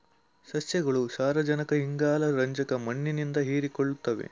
ಸಸ್ಯಗಳು ಸಾರಜನಕ ಇಂಗಾಲ ರಂಜಕ ಮಣ್ಣಿನಿಂದ ಹೀರಿಕೊಳ್ಳುತ್ತವೆ